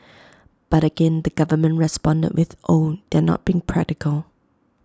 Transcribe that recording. but again the government responded with oh they're not being practical